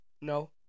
No